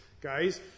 guys